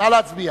נא להצביע